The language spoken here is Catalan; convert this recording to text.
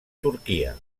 turquia